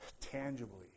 tangibly